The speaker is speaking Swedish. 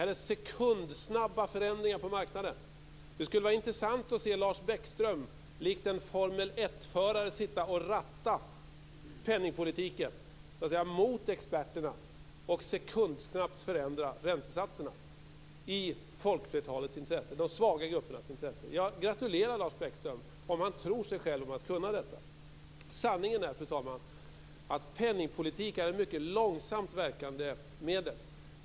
Det sker sekundsnabba förändringar på marknaden. Det skulle vara intressant att se Lars Bäckström likt en Formel 1-förare sitta och ratta penningpolitiken så att säga mot experterna och sekundsnabbt förändra räntesatserna i folkflertalets och de svaga gruppernas intresse. Jag gratulerar Lars Bäckström om han tror sig själv om att kunna detta. Sanningen är, fru talman, att penningpolitiken är ett mycket långsamt verkande medel.